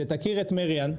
שתכיר את מריאן,